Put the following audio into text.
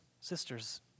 sisters